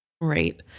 right